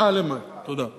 9 למאי, תודה.